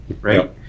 right